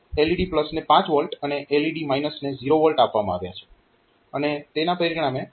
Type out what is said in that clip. LED ને 5 V અને LED ને 0 V આપવામાં આવ્યા છે અને તેના પરિણામે આ બેક લાઇટ ચાલુ થશે